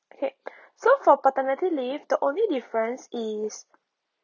okay so for paternity leave the only difference is